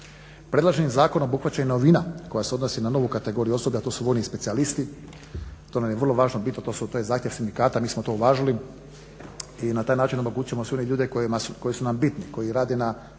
Predloženi zakon obuhvaća i novina koja se odnosi na novu kategoriju osobe a to su vojni specijalisti. To nam je vrlo važno i bitno. To je zahtjev sindikata, mi smo to uvažili i na taj način omogućit ćemo svim onim ljudima koji su nam bitni, koji rade na